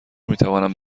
میتوانم